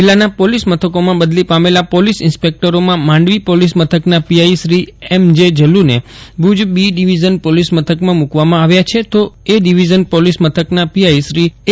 જિલ્લાના પોલીસ મથકોમાં બદલી પામેલા પોલીસ ઇન્સ્પેક્ટરોમાં માંડવી પોલીસ મથકના પીઅાઇ શ્રી અેમ જે જલુને ભુજ બી ડિવિઝન પોલીસ મથકમાં મુકવામાં અાવ્યા છે તો અે ડિવિઝન પોલીસ મથકના પીઅાઇ શ્રી અે